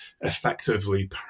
effectively